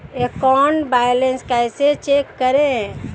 Account balance कैसे check करें?